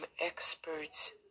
experts